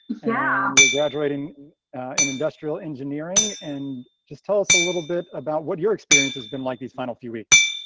yeah. and we're graduating in industrial engineering. and just tell us a little bit about what your experience has been like these final few weeks.